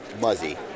Muzzy